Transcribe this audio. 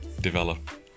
develop